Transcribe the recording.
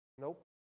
Nope